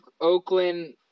Oakland